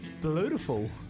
beautiful